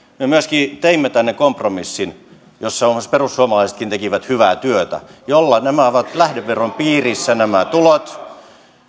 me myöskin teimme tänne kompromissin jossa perussuomalaisetkin tekivät hyvää työtä että nämä tulot ovat lähdeveron piirissä nämä tulot